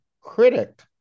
critic